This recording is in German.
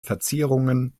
verzierungen